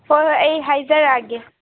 ꯍꯣꯏ ꯍꯣꯏ ꯑꯩ ꯍꯥꯏꯖꯔꯛꯑꯒꯦ